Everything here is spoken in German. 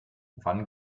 wann